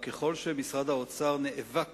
וככל שמשרד האוצר נאבק